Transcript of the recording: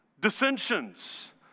dissensions